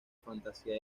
fantasía